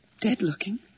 dead-looking